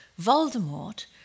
Voldemort